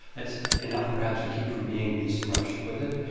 that's enough, perhaps, to keep from being besmirched with it.